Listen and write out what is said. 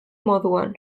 moduan